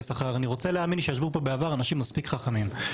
שכר אני רוצה להאמין שישבו פה בעבר אנשים מספיק חכמים.